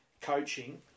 coaching